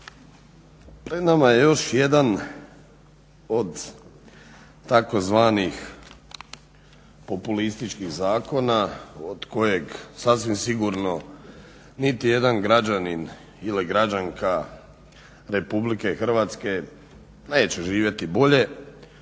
Pred nama je još jedan od tzv. populističkih zakona od kojeg sasvim sigurno niti jedan građanin ili građanka RH neće živjeti bolje